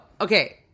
okay